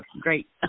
Great